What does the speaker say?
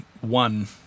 one